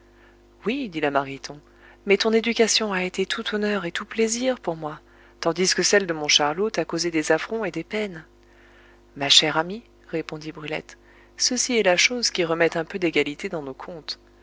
oui dit la mariton mais ton éducation a été tout honneur et tout plaisir pour moi tandis que celle de mon charlot t'a causé des affronts et des peines ma chère amie répondit brulette ceci est la chose qui remet un peu d'égalité dans nos comptes